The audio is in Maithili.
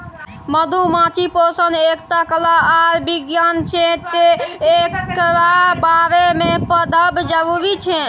मधुमाछी पोसब एकटा कला आर बिज्ञान छै तैं एकरा बारे मे पढ़ब जरुरी छै